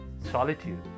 solitude